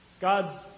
God's